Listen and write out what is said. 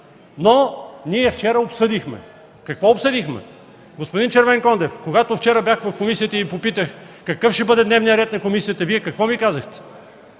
Но… вчера обсъдихме. Какво обсъдихме?! Господин Червенкондев, когато вчера бях в комисията и Ви попитах какъв ще бъде дневният ред на комисията, Вие какво ми казахте?